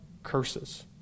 curses